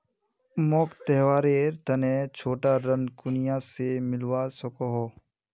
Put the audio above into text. मोक त्योहारेर तने छोटा ऋण कुनियाँ से मिलवा सको हो?